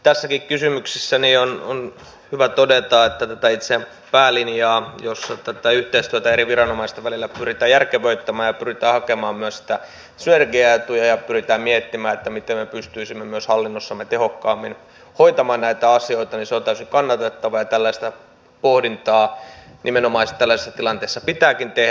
tässäkin kysymyksessä on hyvä todeta että tämä itse päälinja jossa tätä yhteistyötä eri viranomaisten välillä pyritään järkevöittämään ja pyritään hakemaan myös synergiaetuja ja pyritään miettimään miten me myös pystyisimme hallinnossamme tehokkaammin hoitamaan näitä asioita on täysin kannatettava ja nimenomaisesti tällaista pohdintaa tällaisessa tilanteessa pitääkin tehdä